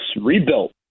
rebuilt